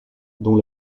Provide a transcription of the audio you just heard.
dont